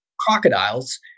crocodiles